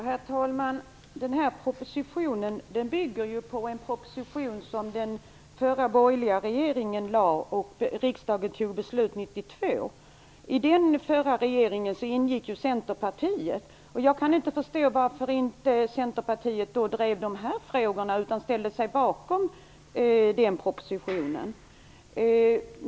Herr talman! Den här propositionen bygger på en proposition som den förra borgerliga regeringen lade fram. Riksdagen fattade sitt beslut 1992. I den förra regeringen ingick också Centerpartiet. Jag kan inte förstå varför Centerpartiet då inte drev de här frågorna utan ställde sig bakom propositionen.